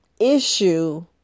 issue